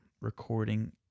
recording